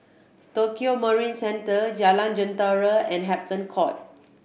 Tokio Marine Centre Jalan Jentera and Hampton Court